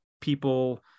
people